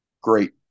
great